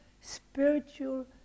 spiritual